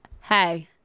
Hey